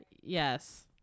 Yes